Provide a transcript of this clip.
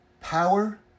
power